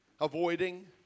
avoiding